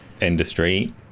industry